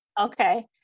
Okay